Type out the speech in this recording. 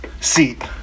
seat